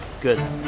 Good